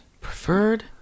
Preferred